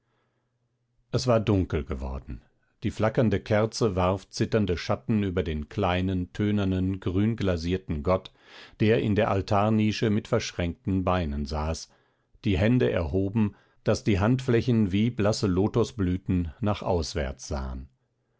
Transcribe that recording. es war dunkel geworden die flackernde kerze warf zitternde schatten über den kleinen tönernen grünglasierten gott der in der altarnische mit verschränkten beinen saß die hände erhoben daß die handflächen wie blasse lotosblüten nach auswärts sahen